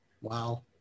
Wow